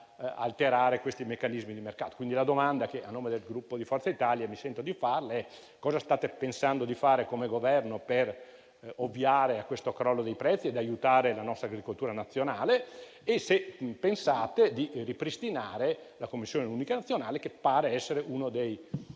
da alterare questi meccanismi di mercato. La domanda che a nome del Gruppo Forza Italia mi sento di porle è quindi che cosa state pensando di fare come Governo per ovviare a questo crollo dei prezzi e aiutare la nostra agricoltura nazionale e se pensate di ripristinare la Commissione unica nazionale che pare essere uno degli